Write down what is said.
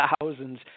thousands